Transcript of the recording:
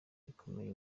bikomeye